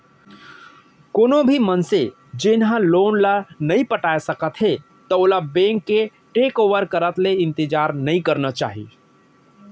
कोनो भी मनसे जेन ह लोन ल नइ पटाए सकत हे त ओला बेंक के टेक ओवर करत ले इंतजार नइ करना चाही